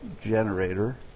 generator